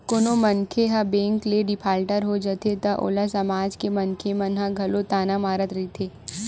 कोनो मनखे ह बेंक ले डिफाल्टर हो जाथे त ओला समाज के मनखे मन ह घलो ताना मारत रहिथे